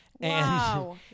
Wow